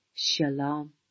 Shalom